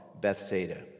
Bethsaida